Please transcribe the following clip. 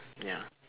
ya